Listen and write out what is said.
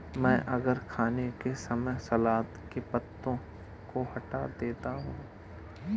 मैं बर्गर खाने के समय सलाद के पत्तों को हटा देता हूं